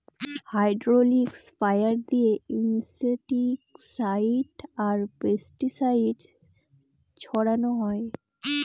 hydraulic sprayer দিয়ে insecticide আর pesticide ছড়ানো হয়